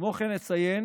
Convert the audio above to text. כמו כן, נציין